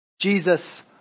Jesus